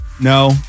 no